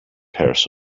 pairs